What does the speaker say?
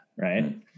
right